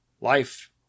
life